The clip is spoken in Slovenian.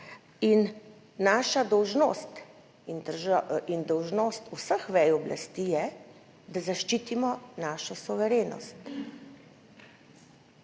in naša dolžnost in dolžnost vseh vej oblasti je, da zaščitimo našo suverenost.